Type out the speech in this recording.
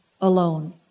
alone